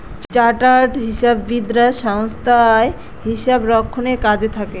chartered হিসাববিদরা সংস্থায় হিসাব রক্ষণের কাজে থাকে